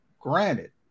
Granted